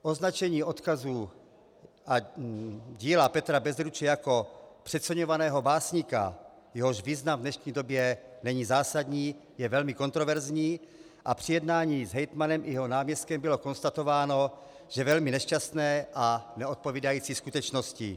Označení odkazu díla Petra Bezruče jako přeceňovaného básníka, jehož význam v dnešní době není zásadní, je velmi kontroverzní a při jednání s hejtmanem i jeho náměstkem bylo konstatováno, že velmi nešťastné a neodpovídající skutečnosti.